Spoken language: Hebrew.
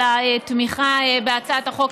על התמיכה בהצעת החוק,